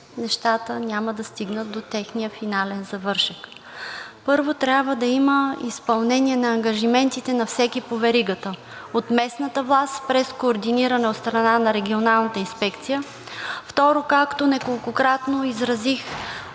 нещата няма да стигнат до техния финален завършек. Първо, трябва да има изпълнение на ангажиментите на всеки по веригата – от местната власт през координиране от страна на Регионалната инспекция. Второ, както неколкократно изразих